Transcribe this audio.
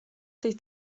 tej